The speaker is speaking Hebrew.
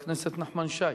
חבר הכנסת נחמן שי,